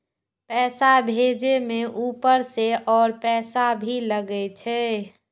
पैसा भेजे में ऊपर से और पैसा भी लगे छै?